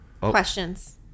questions